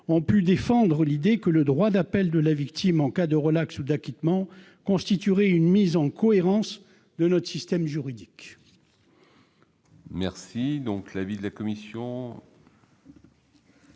ont pu défendre l'idée que le droit d'appel de la victime en cas de relaxe ou d'acquittement constituerait une mise en cohérence de notre système juridique. Quel est l'avis de la commission